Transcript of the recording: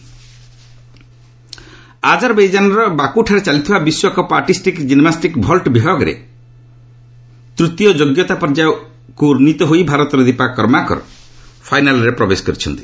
gymnastic ଆଜରବେଇଜାନର ବାକୁଠାରେ ଚାଲିଥିବା ବିଶ୍ୱକପ୍ ଆର୍ଟିଷ୍ଟିକ୍ ଜିମ୍ନାଷ୍ଟିକ୍ର ଭଲ୍ଚ ବିଭାଗରେ ତୂତୀୟ ଯୋଗ୍ୟତା ପର୍ଯ୍ୟାୟ ଉନ୍ନିତ ହୋଇ ଭାରତର ଦୀପା କର୍ମାକର ଫାଇନାଲ୍ରେ ପ୍ରବେଶ କରିଛନ୍ତି